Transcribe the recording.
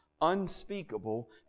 unspeakable